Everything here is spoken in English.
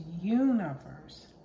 universe